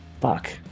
fuck